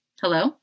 Hello